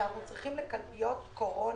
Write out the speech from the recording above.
של קורונה,